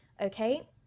okay